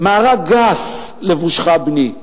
"מארג גס לבושך בני.